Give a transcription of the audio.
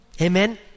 Amen